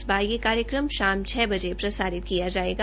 इस बार यह कार्यक्रम शाम छ बजे प्रसारित किया जायेगा